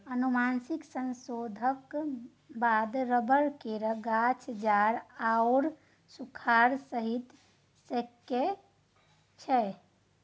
आनुवंशिक संशोधनक बाद रबर केर गाछ जाड़ आओर सूखाड़ सहि सकै छै